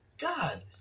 God